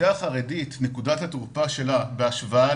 נקודת התורפה של האוכלוסייה החרדית בהשוואה